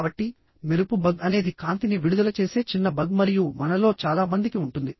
కాబట్టి మెరుపు బగ్ అనేది కాంతిని విడుదల చేసే చిన్న బగ్ మరియు మనలో చాలా మందికి ఉంటుంది